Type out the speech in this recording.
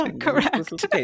correct